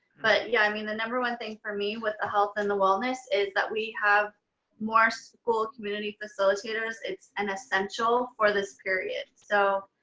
but yeah, i mean the number one thing for me with the health and the wellness is that we have more school community facilitators. it's an essential for this period. so